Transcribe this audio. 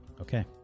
Okay